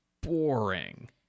boring